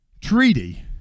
treaty